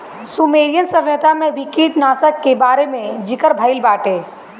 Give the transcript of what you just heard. Sumerian सभ्यता में भी कीटनाशकन के बारे में ज़िकर भइल बाटे